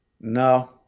No